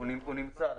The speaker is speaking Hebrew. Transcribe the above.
לא נמצא.